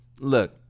Look